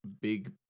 big